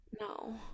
No